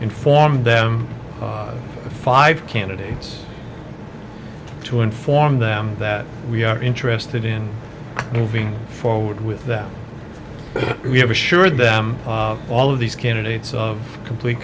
inform them of five candidates to inform them that we are interested in moving forward with that we have assured them all of these candidates of complete